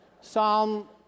Psalm